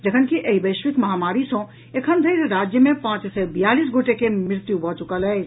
जखनकि एहि वैश्विक महामारी सँ एखन धरि राज्य मे पांच सय बियालीस गोटे के मृत्यु भऽ चुकल अछि